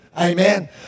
Amen